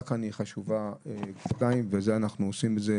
כאן היא חשובה ואנחנו עושים את זה,